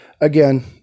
Again